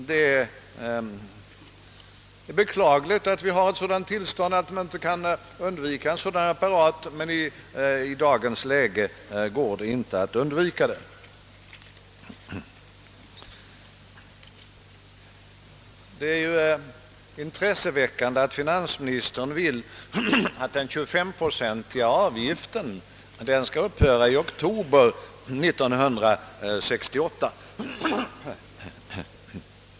Det är beklagligt att vårt land kommit i ett sådant läge, att man inte kan undvika en regleringsapparat, men i dagens läge är detta inte möjligt. Det är intressant att höra att finansministern vill att den 25-procentiga investeringsavgiften skall upphöra den 1 oktober 1968.